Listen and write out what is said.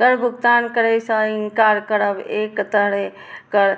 कर भुगतान करै सं इनकार करब एक तरहें कर